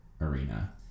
arena